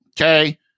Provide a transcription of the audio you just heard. Okay